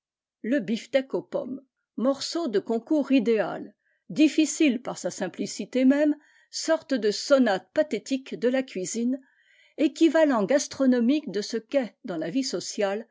le bifteck aux pommes morceau le concours idéal difficile par sa simplicité même orte de sonate pathétique de a cuisine équivasnt gastronomique de ce qu'est dans la vie sociale